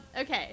okay